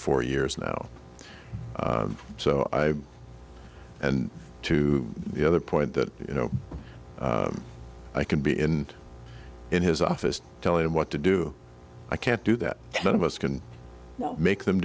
four years now so i and to the other point that you know i can be in in his office telling him what to do i can't do that none of us can make them